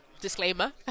disclaimer